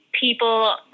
people